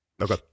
Okay